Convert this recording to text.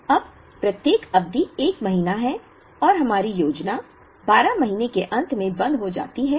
अब प्रत्येक अवधि एक महीना है और हमारी योजना 12 महीने के अंत में बंद हो जाती है